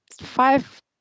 five